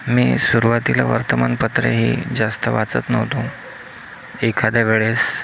मी सुरवातीला वर्तमानपत्रेही जास्त वाचत नव्हतो एखाद्या वेळेस